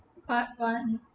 part one